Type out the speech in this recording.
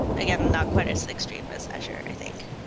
again, not quite as extreme as azure, i think.